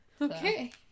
Okay